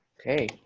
okay